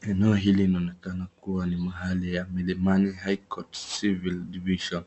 Eneo hili linaonekana kuwa ni mahali ya Milimani high court Cilvil Division .